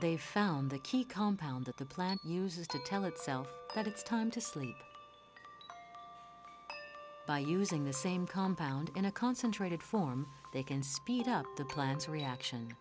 they found the key compound that the plant uses to tell itself that it's time to sleep by using the same compound in a concentrated form they can speed up the plant's reaction